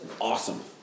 awesome